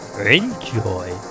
Enjoy